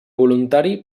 voluntari